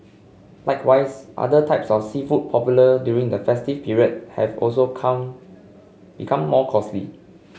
likewise other types of seafood popular during the festive period have also come become more costly